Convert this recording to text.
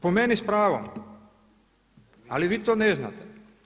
Po meni s pravom ali vi to ne znate.